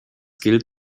gilt